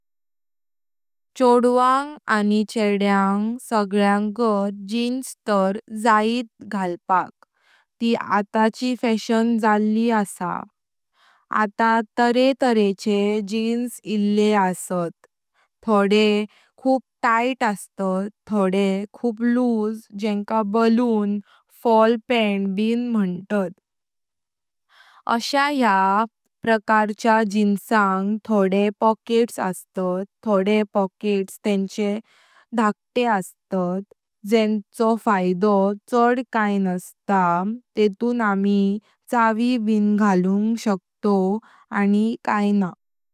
छोडवांग आनी छेड्यांग सगळ्यांगात जीन्स तऱ जायत घालपाक ती आताची फॅशन जाळ्ली आसां। आत तारे तारेचे जीन्स इल्ले आसतां। थोडे खूप टाइट आसतात थोडे लूझ जेन्का बलून, फॉल पेंट ब मंत्रत। अश्यां या प्रकारच्या जीन्सां थोडे पॅकेट्स आसतात। थोडे पॉकेट्स तेंचे ढाकते आसतात, जेन्चो फायदो शाड काईना नास्ता तेतून आमी चावी ब घालुंग शकतव आनी काईना।